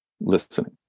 listening